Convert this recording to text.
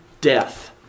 death